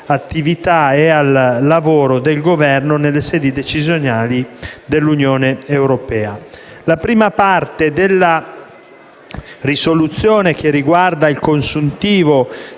La prima parte della risoluzione, che riguarda il consuntivo